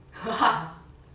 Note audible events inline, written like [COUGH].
[LAUGHS]